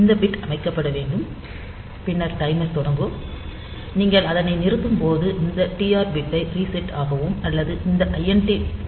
இந்த பிட் அமைக்கப்பட வேண்டும் பின்னர் டைமர் தொடங்கும் நீங்கள் அதனை நிறுத்தும்போது இந்த டிஆர் பிட்டை ரீசெட் ஆகவும் அல்லது இந்த ஐஎன்டியை முடக்கவும் செய்யலாம்